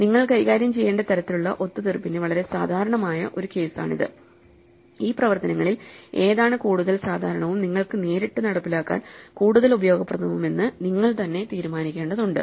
നിങ്ങൾ കൈകാര്യം ചെയ്യേണ്ട തരത്തിലുള്ള ഒത്തുതീർപ്പിന്റെ വളരെ സാധാരണമായ ഒരു കേസാണിത് ഈ പ്രവർത്തനങ്ങളിൽ ഏതാണ് കൂടുതൽ സാധാരണവും നിങ്ങൾക്ക് നേരിട്ട് നടപ്പിലാക്കാൻ കൂടുതൽ ഉപയോഗപ്രദവുമാണെന്ന് നിങ്ങൾ തന്നെ തീരുമാനിക്കേണ്ടതുണ്ട്